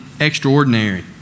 extraordinary